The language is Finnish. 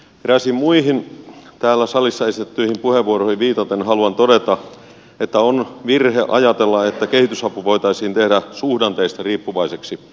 eräisiin muihin täällä salissa esitettyihin puheenvuoroihin viitaten haluan todeta että on virhe ajatella että kehitysapu voitaisiin tehdä suhdanteista riippuvaiseksi